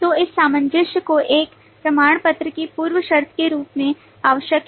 तो इस सामंजस्य को एक प्रमाण पत्र की पूर्व शर्त के रूप में आवश्यक है